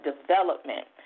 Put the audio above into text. development